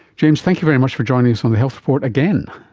james, thank you very much for joining us on the health report again.